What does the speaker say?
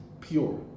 pure